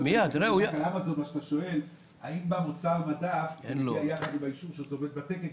האם מוצר המדף באמזון מגיע ביחד עם האישור שזה עומד בתקן?